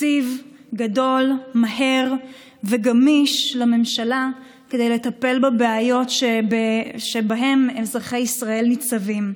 תקציב גדול וגמיש לממשלה כדי לטפל בבעיות שבפניהן אזרחי ישראל ניצבים.